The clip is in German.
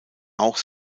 auch